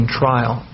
trial